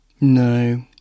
No